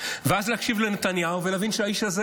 ואז להקשיב לנתניהו ולהבין שהאיש הזה,